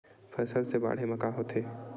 फसल से बाढ़े म का होथे?